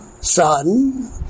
son